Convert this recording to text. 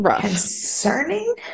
concerning